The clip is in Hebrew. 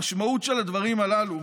המשמעות של הדברים הללו,